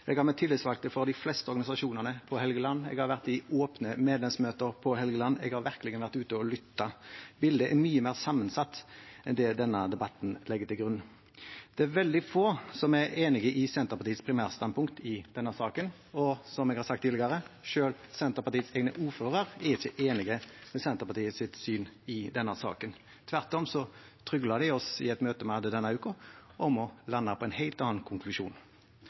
Jeg har møtt tillitsvalgte fra de fleste organisasjonene på Helgeland. Jeg har vært i åpne medlemsmøter på Helgeland. Jeg har virkelig vært ute og lyttet. Bildet er mye mer sammensatt enn det denne debatten legger til grunn. Det er veldig få som er enig i Senterpartiets primærstandpunkt i denne saken, og som jeg har sagt tidligere, ikke engang Senterpartiets egne ordførere er enig i Senterpartiets syn i denne saken. Tvert om tryglet de oss i et møte vi hadde denne uken, om å lande på en helt annen konklusjon.